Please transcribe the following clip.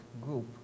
group